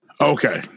Okay